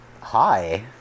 hi